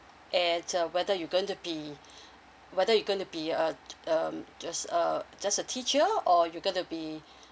and uh whether you going to be whether you gonna be a um just uh just a teacher or you gonna be